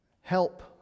Help